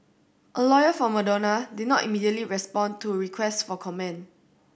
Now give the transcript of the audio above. a lawyer for Madonna did not immediately respond to requests for comment